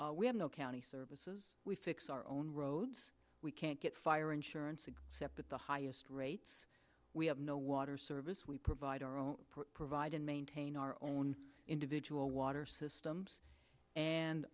we have no county services we fix our own roads we can't get fire insurance and separate the highest rates we have no water service we provide our own provide and maintain our own individual water systems